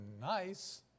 nice